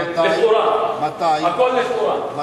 לכאורה, הכול לכאורה בחוק הזה.